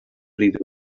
bryd